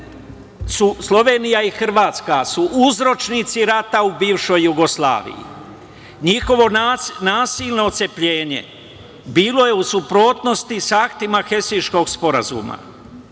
Slovenija i Hrvatska su uzročnici ratna u bivšoj Jugoslaviji, njihovo nasilno ocepljenje bilo je u suprotnosti sa aktima Helsinškog sporazuma.